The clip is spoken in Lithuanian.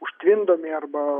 užtvindomi arba